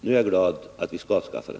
Nu är jag glad att vi skall avskaffa den.